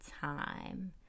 time